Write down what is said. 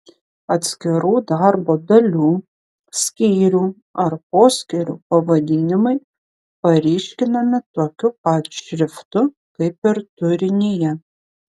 atskirų darbo dalių skyrių ar poskyrių pavadinimai paryškinami tokiu pat šriftu kaip ir turinyje